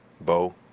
Bo